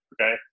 okay